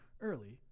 early